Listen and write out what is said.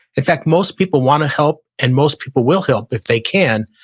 in fact, most people wanna help and most people will help if they can.